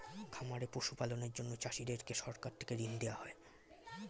খামারে পশু পালনের জন্য চাষীদেরকে সরকার থেকে ঋণ দেওয়া হয়